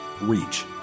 reach